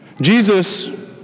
Jesus